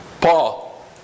Paul